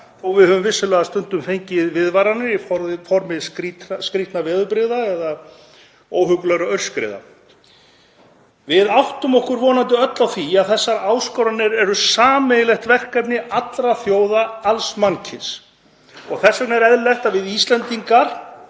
þó við höfum vissulega stundum fengið viðvaranir í formi skrýtinna veðrabrigða eða óhuggulegra aurskriða. Við áttum okkur vonandi öll á því að þessar áskoranir eru sameiginlegt verkefni allra þjóða, alls mannkyns, og þess vegna er eðlilegt að við Íslendingar